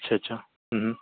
अच्छा अच्छा